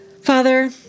Father